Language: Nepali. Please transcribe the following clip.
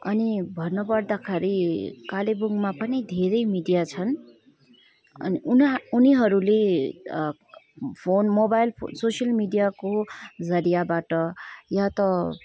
अनि भन्नपर्दाखेरि कालेबुङमा पनि धेरै मिडिया छन् अनि उनाह उनीहरूले फोन मोबाइल सोसियल मिडियाको जरियाबाट या त